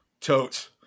Totes